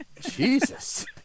Jesus